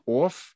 off